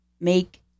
make